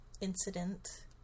incident